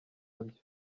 nabyo